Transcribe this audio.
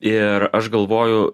ir aš galvoju